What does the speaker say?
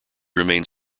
remained